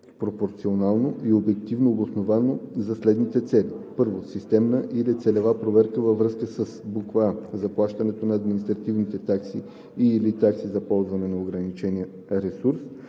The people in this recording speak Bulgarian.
пропорционално и обективно обосновано за следните цели: 1. системна или целева проверка във връзка със: а) заплащането на административни такси и/или такси за ползване на ограничен ресурс;